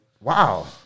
Wow